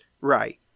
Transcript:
right